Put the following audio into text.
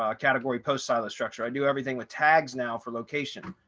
um category posts, silo structure, i do everything with tags now for location.